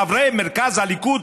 חברי מרכז הליכוד,